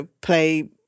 play